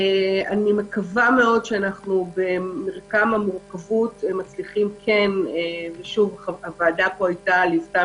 אני מקווה שבמורכבות מצליחים הוועדה פה ליוותה